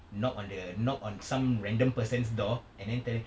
knock on the knock on some random person's door and then tell them